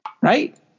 Right